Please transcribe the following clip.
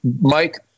Mike